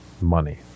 money